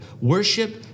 worship